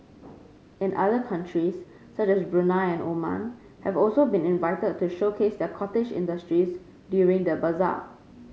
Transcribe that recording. and other countries such as Brunei and Oman have also been invited to showcase their cottage industries during the bazaar